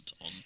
on